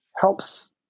helps